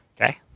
Okay